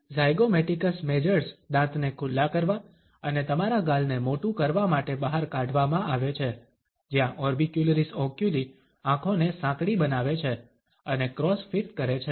zygomaticus majors દાંતને ખુલ્લા કરવા અને તમારા ગાલને મોટું કરવા માટે બહાર કાઢવામાં આવે છે જ્યાં ઓર્બિક્યુલરિસ ઓક્યુલી આંખોને સાંકડી બનાવે છે અને ક્રોસ ફીટ કરે છે